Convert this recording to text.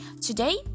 Today